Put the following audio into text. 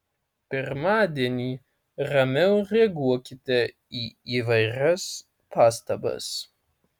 pirmadienį ramiau reaguokite į įvairias pastabas